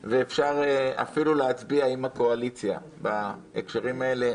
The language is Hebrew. ואפשר אפילו להצביע עם הקואליציה בהקשרים האלה,